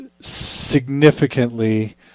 significantly